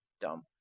dumb